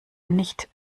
nicht